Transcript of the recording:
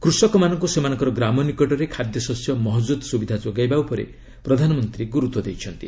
କୃଷକମାନଙ୍କୁ ସେମାନଙ୍କର ଗ୍ରାମ ନିକଟରେ ଖାଦ୍ୟଶସ୍ୟ ମହଜୁଦ ସ୍ରବିଧା ଯୋଗାଇବା ଉପରେ ପ୍ରଧାନମନ୍ତ୍ରୀ ଗୁରୁତ୍ୱ ଦେଇଛନ୍ତି